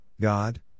God